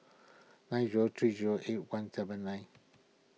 nine zero three zero eight one seven nine